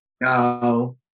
no